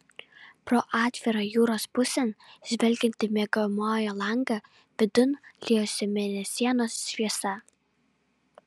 pro atvirą jūros pusėn žvelgiantį miegamojo langą vidun liejosi mėnesienos šviesa